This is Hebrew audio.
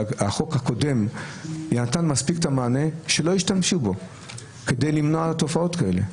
החוק הקודם נתן מענה כדי למנוע תופעות כאלה.